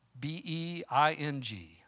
B-E-I-N-G